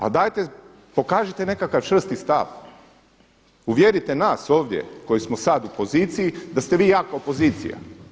Ali dajte pokažite nekakav čvrsti stav, uvjerite nas ovdje koji smo sad u poziciji da ste vi jaka opozicija.